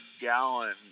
gallon